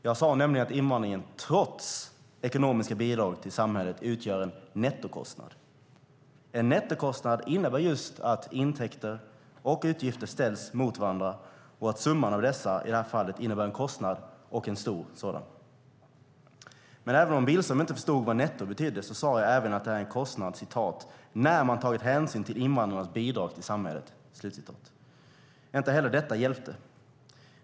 Jag sade nämligen att invandringen trots det ekonomiska bidraget till samhället utgör en nettokostnad. En nettokostnad innebär just att intäkter och utgifter ställs mot varandra, och summan av dessa innebär i det här fallet en kostnad, och en stor sådan. Men även om Billström inte förstod vad netto betyder sade jag även att det är en kostnad "när man tagit hänsyn till invandrarnas bidrag till samhället". Inte heller detta hjälpte.